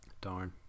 Darn